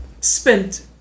spent